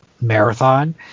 marathon